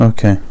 Okay